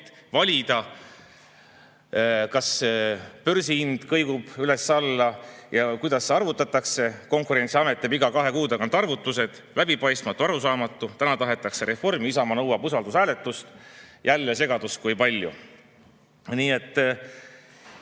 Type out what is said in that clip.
valida? Kas börsihind kõigub üles-alla ja kuidas see arvutatakse? Konkurentsiamet teeb iga kahe kuu tagant arvutused – läbipaistmatu, arusaamatu. Täna tahetakse reformi. Isamaa nõuab usaldushääletust. Jälle segadust kui palju. Ja